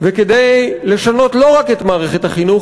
וכדי לשנות לא רק את מערכת החינוך,